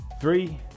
three